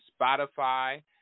Spotify